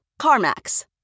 CarMax